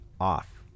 off